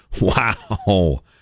Wow